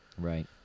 Right